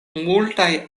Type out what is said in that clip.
multaj